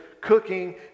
cooking